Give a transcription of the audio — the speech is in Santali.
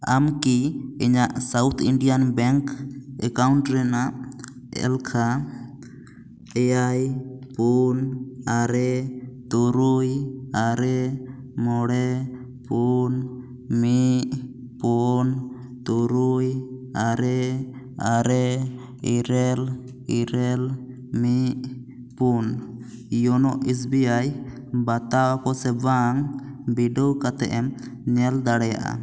ᱟᱢᱠᱤ ᱤᱧᱟᱹᱜ ᱥᱟᱣᱩᱛᱷ ᱤᱱᱰᱤᱭᱟᱱ ᱵᱮᱝᱠ ᱮᱠᱟᱣᱩᱱᱴ ᱨᱮᱱᱟᱜ ᱮᱞᱠᱷᱟ ᱮᱭᱟᱭ ᱯᱩᱱ ᱟᱨᱮ ᱛᱩᱨᱩᱭ ᱟᱨᱮ ᱢᱚᱬᱮ ᱯᱩᱱ ᱢᱤᱫ ᱯᱩᱱ ᱛᱩᱨᱩᱭ ᱟᱨᱮ ᱟᱨᱮ ᱤᱨᱟᱹᱞ ᱤᱨᱟᱹᱞ ᱢᱤᱫ ᱯᱩᱱ ᱭᱳᱱᱳ ᱮᱥ ᱵᱤ ᱟᱭ ᱵᱟᱛᱟᱣ ᱟᱠᱚ ᱥᱮ ᱵᱟᱝ ᱵᱤᱰᱟᱹᱣ ᱠᱟᱛᱮᱫ ᱮᱢ ᱧᱮᱞ ᱫᱟᱲᱮᱭᱟᱜᱼᱟ